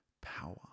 power